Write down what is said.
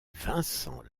vincent